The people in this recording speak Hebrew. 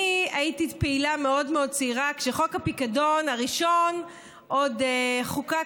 אני הייתי פעילה מאוד מאוד צעירה כשחוק הפיקדון הראשון עוד חוקק